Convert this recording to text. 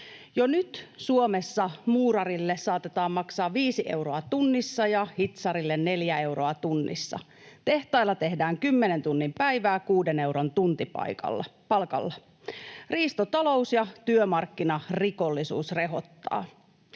Jo nyt Suomessa muurarille saatetaan maksaa viisi euroa tunnissa ja hitsarille neljä euroa tunnissa. Tehtailla tehdään kymmenen tunnin päivää kuuden euron tuntipalkalla. Riistotalous ja työmarkkinarikollisuus rehottavat.